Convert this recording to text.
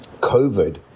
COVID